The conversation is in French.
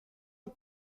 aux